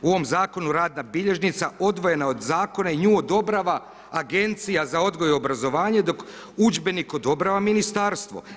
U ovom zakonu radna bilježnica odvojena je od zakona i nju odobrava Agencija za odgoj i obrazovanje dok udžbenik odobrava ministarstvo.